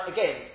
Again